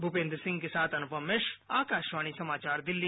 भूपेन्द्र सिंह के साथ अनुपम मिश्र आकाशवाणी नई दिल्ली